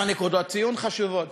אבל נקודות ציון חשובות: